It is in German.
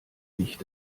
nicht